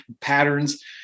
patterns